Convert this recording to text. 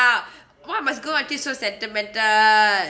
why must go until so sentimental